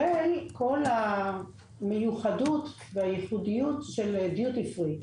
וכולל כל המיוחדות והייחודיות של דיוטי פרי.